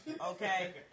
Okay